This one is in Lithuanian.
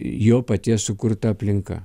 jo paties sukurta aplinka